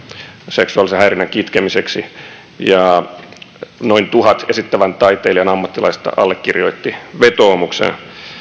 seksuaalisen häirinnän kitkemiseksi ja noin tuhat esittävän taiteen ammattilaista allekirjoitti vetoomuksen